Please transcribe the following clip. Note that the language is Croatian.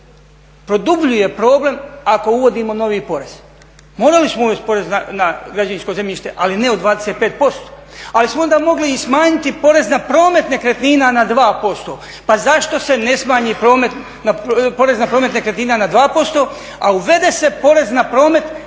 produbljuje problem ako uvodimo novi porez. Morali smo uvesti porez na građevinsko zemljište ali ne od 25% ali smo onda mogli i smanjiti porez na promet nekretnina na 2%. Pa zašto se ne smanji porez na promet nekretnina na 2% a uvede se porez na promet